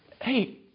Hey